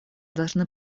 должны